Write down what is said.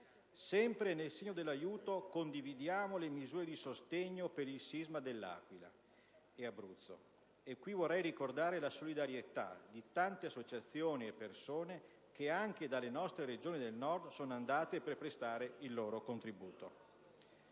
Sempre nel segno dell'aiuto, condividiamo le misure di sostegno per il sisma dell'Aquila e dell'Abruzzo. Vorrei qui ricordare la solidarietà di tante associazioni e persone che anche dalle nostre Regioni del Nord sono andate per prestare il loro contributo.